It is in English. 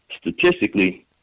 statistically